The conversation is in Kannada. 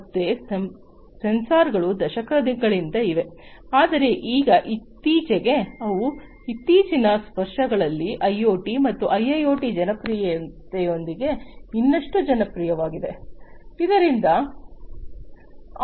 ಮತ್ತೆ ಸೆನ್ಸಾರ್ಗಳು ದಶಕಗಳಿಂದ ಇವೆ ಆದರೆ ಈಗ ಇತ್ತೀಚೆಗೆ ಅವು ಇತ್ತೀಚಿನ ವರ್ಷಗಳಲ್ಲಿ ಐಒಟಿ ಮತ್ತು ಐಐಒಟಿ ಜನಪ್ರಿಯತೆಯೊಂದಿಗೆ ಇನ್ನಷ್ಟು ಜನಪ್ರಿಯವಾಗಿವೆ